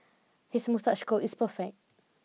his moustache curl is perfect